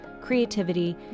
creativity